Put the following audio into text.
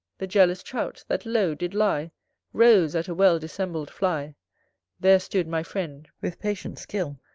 the jealous trout, that low did lie rose at a well-dissembled fly there stood my friend, with patient skill,